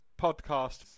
podcast